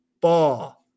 Ball